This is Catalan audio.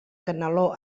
caneló